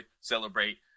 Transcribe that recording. celebrate